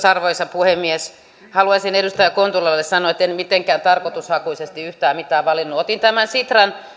arvoisa puhemies haluaisin edustaja kontulalle sanoa että en mitenkään tarkoitushakuisesti yhtään mitään valinnut otin tämän sitran